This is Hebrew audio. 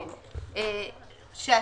שעשינו.